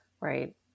right